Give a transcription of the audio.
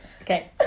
Okay